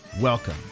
Welcome